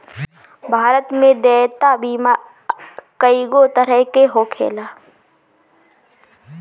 भारत में देयता बीमा कइगो तरह के होखेला